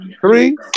Three